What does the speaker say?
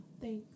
Thanks